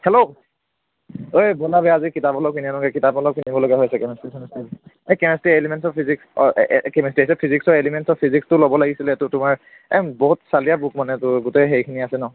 hello ঐ বৰ্ণভ এই আজি কিতাপ অলপ কিনি আনোগৈ কিতাপ অলপ কিনিবলগা হৈ আছে এই কেমেষ্ট্ৰিৰ এলিমেণ্টচ অফ ফিজিক্স কি কেমেষ্ট্ৰিহে আহিছে ফিজিক্সৰ এলিমেণ্ট অফ ফিজিক্সটো ল'ব লাগিছিলে তোমাৰ বহুত চালিয়া বুক মানে গোটেই হেৰিখিনিয়ে আছে ন